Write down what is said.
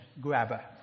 grabber